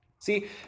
See